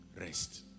Rest